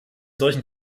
solchen